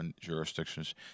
jurisdictions